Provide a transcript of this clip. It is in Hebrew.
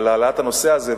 על העלאת הנושא הזה,